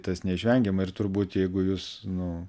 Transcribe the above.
tas neišvengiama ir turbūt jeigu jūs nu